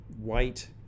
white